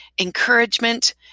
encouragement